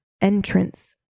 entrance